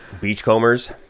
Beachcombers